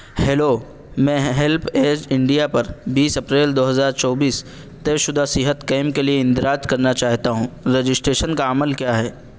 hello میں help age India پر بیس اپریل دو ہزار چوبیس طے شدہ صحت کیمپ کے لیے اندراج کرنا چاہتا ہوں رجسٹریشن کا عمل کیا ہے